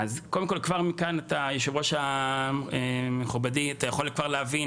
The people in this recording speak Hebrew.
קודם כל, כבר מכאן היושב ראש אתה יכול להבין